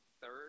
Third